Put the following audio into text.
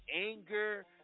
anger